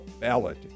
ballot